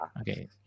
Okay